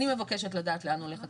אני מבקשת לדעת לאן הולך הכסף?